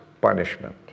punishment